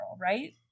right